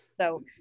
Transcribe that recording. So-